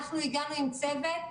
הגענו עם צוות,